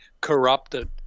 corrupted